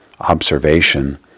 observation